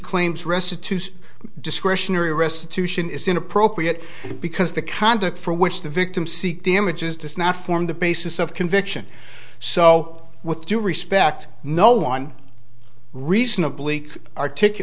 claims restitution discretionary restitution is inappropriate because the conduct for which the victims seek damages does not form the basis of conviction so with due respect no one reasonably